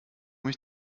mich